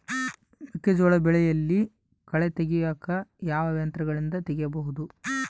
ಮೆಕ್ಕೆಜೋಳ ಬೆಳೆಯಲ್ಲಿ ಕಳೆ ತೆಗಿಯಾಕ ಯಾವ ಯಂತ್ರಗಳಿಂದ ತೆಗಿಬಹುದು?